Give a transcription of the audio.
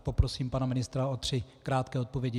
Poprosím pana ministra o tři krátké odpovědi.